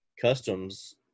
customs